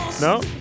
No